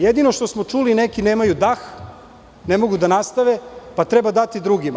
Jedino što smo čuli, neki nemaju dah, ne mogu da nastave, pa treba dati drugima.